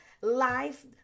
life